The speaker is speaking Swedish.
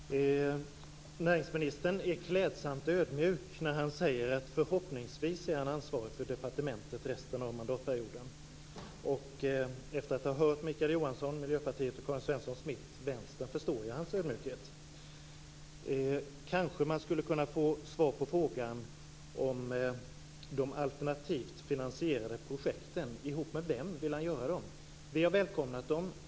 Fru talman! Näringsministern är klädsamt ödmjuk när han säger att han förhoppningsvis är ansvarig för departementet resten av mandatperioden. Efter att ha hört Mikael Johansson från Miljöpartiet och Karin Svensson Smith från Vänstern förstår jag hans ödmjukhet. Man kanske skulle kunna få svar på frågan om de alternativt finansierade projekten. Med vem vill han göra dem? Vi från oppositionen har välkomnat dem.